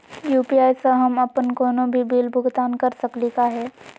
UPI स हम अप्पन कोनो भी बिल भुगतान कर सकली का हे?